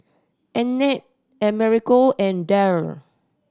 Annette Amerigo and Daryl